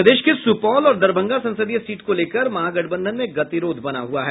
प्रदेश के सुपौल और दरभंगा संसदीय सीट को लेकर महागठबंधन में गतिरोध बना हुआ है